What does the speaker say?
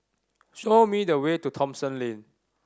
show me the way to Thomson Lane